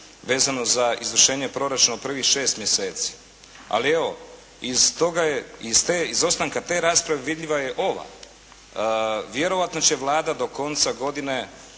vezano za izvršenje proračuna u prvih 6 mjeseci. Ali evo, iz toga je, iz izostanka te rasprave vidljiva je ova. Vjerojatno će Vlada do konca godine